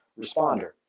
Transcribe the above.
responder